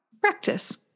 Practice